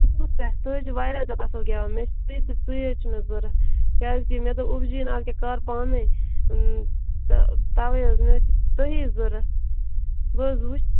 goggles پٮ۪ٹھ تُہۍ حظ چھِو واریاہ زیادٕ اَصٕل گٮ۪وان مےٚ چھِ ژٕے ژٕے حظ چھُو مےٚ ضروٗرت کیٛازِکہِ مےٚ دوٚپ اوبوٗجِین اَدِٕ کیٛاہ کر پانے تہٕ تَوے حظ مےٚ حظ چھِ تُہی ضوٗرت بہٕ حظ وُچھ